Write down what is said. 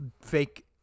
fake